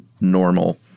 normal